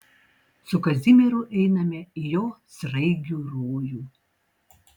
su kazimieru einame į jo sraigių rojų